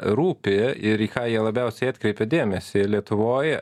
rūpi ir į ką jie labiausiai atkreipia dėmesį lietuvoj